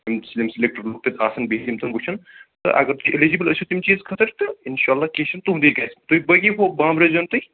یِم سِلیٚکٹِڈ لوٗکھ تتہِ آسان بِہِتھ تِم تِم وُچَھن تہٕ اَگر تُہۍ اؠلیجبٕل ٲسِو تَمہِ چیٖز خٲطرٕ تہٕ انشااَللہ کیٚنٛہہ چھُنہٕ تُہُنٛدُے گَژِھ تہٕ باقٕے ہُہ بانٛبرٲوزیٚو نہٕ تُہۍ